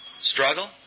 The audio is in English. struggle